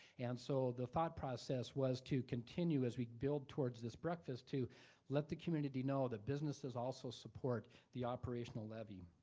and so the thought process was to continue as we build towards this breakfast to let the community know that businesses also support the operational levy.